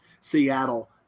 Seattle